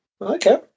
Okay